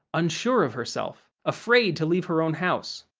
unsure of herself, afraid to leave her own house.